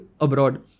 abroad